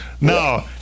No